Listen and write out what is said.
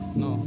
no